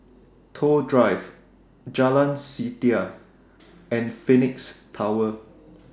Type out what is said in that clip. Toh Drive Jalan Setia and Phoenix Tower